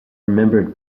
remembered